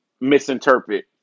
misinterpret